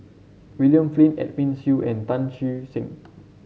William Flint Edwin Siew and Tan Che Sang